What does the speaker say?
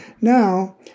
Now